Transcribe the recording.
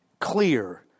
clear